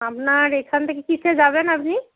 আপনার এখান থেকে কীসে যাবেন আপনি